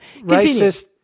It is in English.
Racist